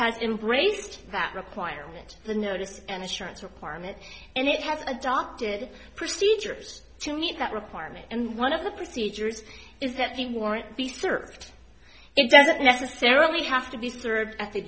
has embraced that requirement the notice and assurance requirement and it has adopted procedures to meet that requirement and one of the procedures is that the warrant be served it doesn't necessarily have to be served at the